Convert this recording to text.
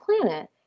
planet